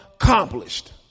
accomplished